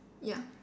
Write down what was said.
ya